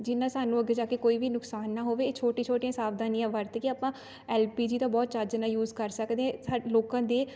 ਜਿਸ ਨਾਲ਼ ਸਾਨੂੰ ਅੱਗੇ ਜਾ ਕੇ ਕੋਈ ਵੀ ਨੁਕਸਾਨ ਨਾ ਹੋਵੇ ਇਹ ਛੋਟੀ ਛੋਟੀਆਂ ਸਾਵਧਾਨੀਆਂ ਵਰਤ ਕੇ ਆਪਾਂ ਐੱਲ ਪੀ ਜੀ ਦਾ ਬਹੁਤ ਚੱਜ ਨਾਲ ਯੂਸ ਕਰ ਸਕਦੇ ਹਾਂ ਲੋਕਾਂ ਦੇ